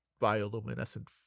bioluminescent